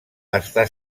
està